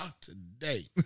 today